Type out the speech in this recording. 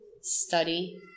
study